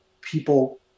people